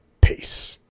Peace